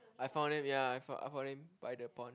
I found it ya I found found him by the pond